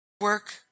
work